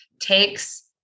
takes